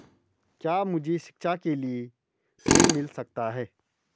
क्या मुझे शिक्षा के लिए ऋण मिल सकता है?